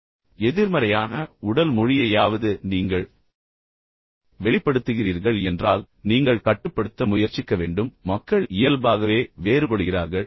குறைந்தபட்சம் எதிர்மறையான உடல் மொழியையாவது நீங்கள் வெளிப்படுத்துகிறீர்கள் என்றால் நீங்கள் கட்டுப்படுத்த முயற்சிக்க வேண்டும் பின்னர் மக்கள் இயல்பாகவே வேறுபடுகிறார்கள்